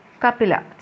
kapila